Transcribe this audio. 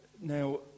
now